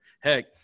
Heck